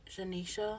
Janisha